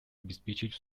обеспечить